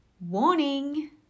warning